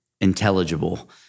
intelligible